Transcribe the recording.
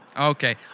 Okay